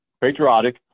patriotic